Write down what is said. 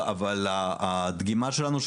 אבל הדגימה שלנו,